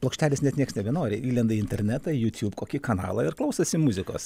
plokštelės net nieks nebenori įlenda į internetą į jūtiūp kokį kanalą ir klausosi muzikos